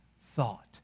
thought